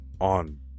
On